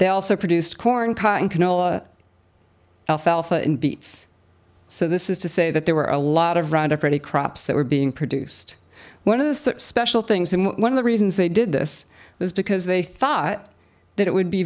they also produced corn cotton canola alfalfa and beets so this is to say that there were a lot of roundup ready crops that were being produced one of the special things and one of the reasons they did this is because they thought that it would be